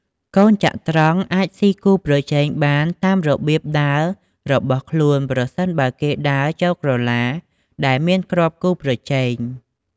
កូនចត្រង្គអាចស៊ីគូប្រជែងបានតាមរបៀបដើររបស់ខ្លួន ប្រសិនបើគេដើរចូលក្រឡាដែលមានគ្រាប់គូប្រជែង។